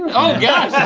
oh gosh.